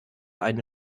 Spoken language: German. eine